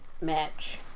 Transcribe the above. match